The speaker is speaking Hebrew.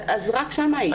אז רק שם הייתי.